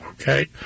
okay